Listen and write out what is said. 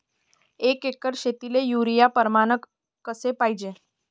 एक एकर शेतीले युरिया प्रमान कसे पाहिजे?